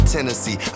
Tennessee